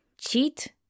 cheat